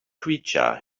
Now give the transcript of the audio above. creature